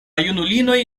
junulinoj